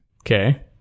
Okay